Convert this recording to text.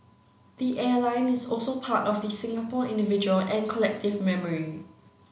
the airline is also part of the Singapore individual and collective memory